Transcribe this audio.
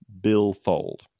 billfold